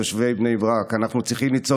תושבי בני ברק." אנחנו צריכים למצוא